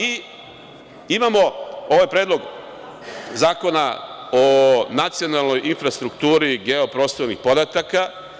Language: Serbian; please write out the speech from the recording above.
Imamo ovaj Predlog zakona o nacionalnoj infrastrukturi geoprostornih podataka.